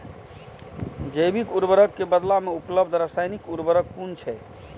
जैविक उर्वरक के बदला में उपलब्ध रासायानिक उर्वरक कुन छै?